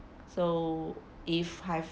so if have